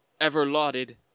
ever-lauded